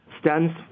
stands